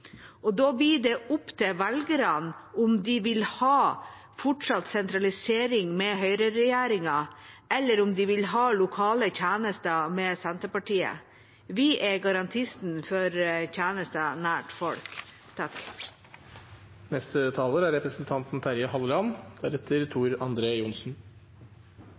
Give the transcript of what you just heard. og da blir det opp til velgerne om de fortsatt vil ha sentralisering med høyreregjeringa, eller om de vil ha lokale tjenester med Senterpartiet. Vi er garantisten for tjenester nær folk.